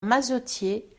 mazetier